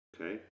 Okay